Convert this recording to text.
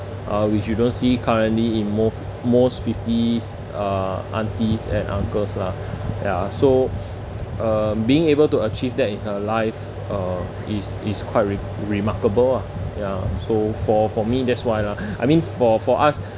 uh which you don't see currently in mo~ most fifties uh aunties and uncles lah ya so uh being able to achieve that in her life uh it's it's quite re~ remarkable lah ya so for for me that's why lah I mean for for us